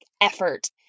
effort